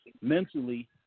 mentally